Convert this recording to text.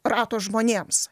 rato žmonėms